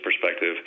perspective